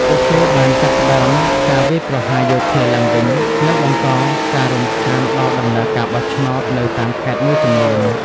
ពួកគេបានចាប់ផ្ដើមការវាយប្រហារយោធាឡើងវិញ និងបង្កការរំខានដល់ដំណើរការបោះឆ្នោតនៅតាមខេត្តមួយចំនួន។